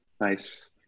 nice